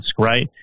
right